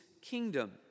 kingdom